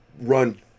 run